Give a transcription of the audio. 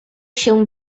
się